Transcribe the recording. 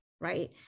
Right